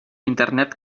internet